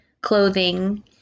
clothing